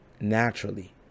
naturally